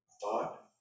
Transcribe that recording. thought